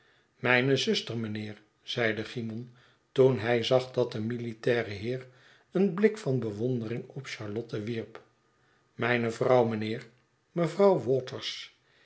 mijne zuster mijnheer zeide cymon toen hij zag dat de militaire heer een blik van bewondering op charlotte wierp mijne vrouw mijnheerl mevrouw waters